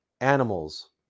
animals